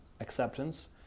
acceptance